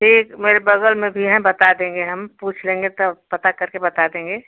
ठीक मेरे बग़ल में भी हैं बता देंगे हम पूछ लेंगे तब पता करके बता देंगे